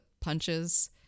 punches